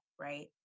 right